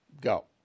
Go